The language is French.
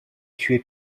tué